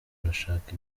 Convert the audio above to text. urashaka